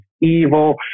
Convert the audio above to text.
evil